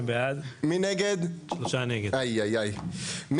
הצבעה בעד, 2 נגד, 3 נמנעים, 0 הרביזיה לא התקבלה.